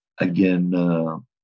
Again